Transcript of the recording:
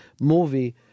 movie